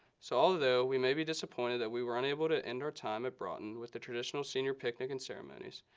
so although we may be disappointed that we were unable to end our time at broughton with the traditional senior picnic and ceremonies,